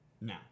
now